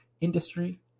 industry